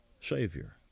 Savior